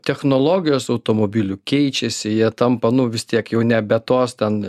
technologijos automobilių keičiasi jie tampa nu vis tiek jau nebe tos ten